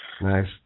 Nice